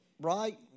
right